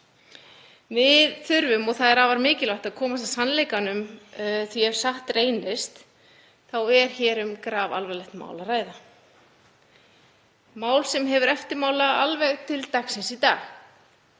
ábyrgð á. Það er afar mikilvægt að komast að sannleikanum, því ef satt reynist þá er hér um grafalvarlegt mál að ræða, mál sem hefur eftirmála alveg til dagsins í dag.